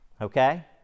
okay